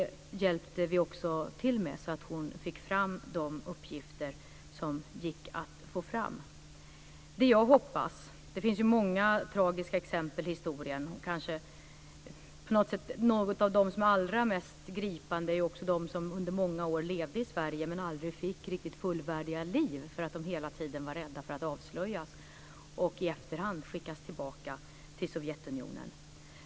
Vi hjälpte också till med det så att dottern fick fram de uppgifter som gick att få fram. Det finns många tragiska exempel i historien. Några av dem som är allra mest gripande är de som under många år levde i Sverige, men som aldrig fick fullvärdiga liv eftersom de hela tiden var rädda för att avslöjas och i efterhand skickas tillbaka till Sovjetunionen.